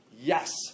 Yes